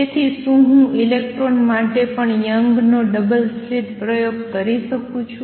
તેથી શું હું ઇલેક્ટ્રોન માટે પણ યંગ નો ડબલ સ્લિટ પ્રયોગ કરી શકું છુ